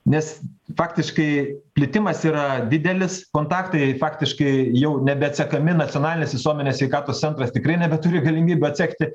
nes faktiškai plitimas yra didelis kontaktai faktiškai jau nebeatsekami nacionalinis visuomenės sveikatos centras tikrai nebeturi galimybių atsekti